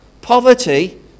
poverty